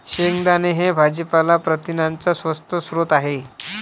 शेंगदाणे हे भाजीपाला प्रथिनांचा स्वस्त स्रोत आहे